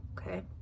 okay